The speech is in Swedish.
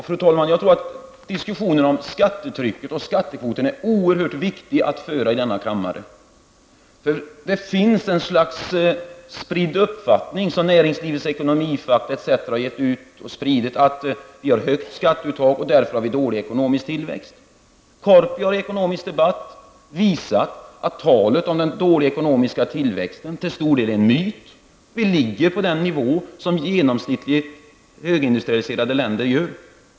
Fru talman! Diskussionen om skattetrycket och skattekvoten är oerhört viktig att föra i denna kammare. Det finns en uppfattning som Näringslivets Ekonomifakta har spritt ut att Sverige har högt ett skatteuttag och därför är det en dålig ekonomisk tillväxt. Korpi har i Ekonomisk Debatt visat att talet om den dåliga ekonomiska tillväxten till stor del är en myt. Vi ligger på den nivå som genomsnittligt högindustrialiserade länder gör.